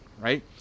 Right